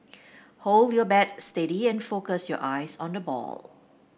hold your bat steady and focus your eyes on the ball